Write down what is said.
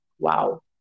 wow